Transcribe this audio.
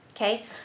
Okay